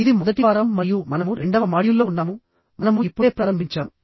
ఇది మొదటి వారం మరియు మనము రెండవ మాడ్యూల్లో ఉన్నాముమనము ఇప్పుడే ప్రారంభించాము